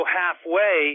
halfway